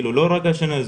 לא רק לשנה הזו,